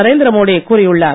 நரேந்திர மோடி கூறியுள்ளார்